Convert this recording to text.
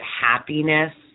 happiness